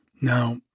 Now